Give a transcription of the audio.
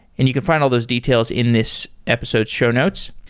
and you can find all those details in this episode show notes.